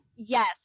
Yes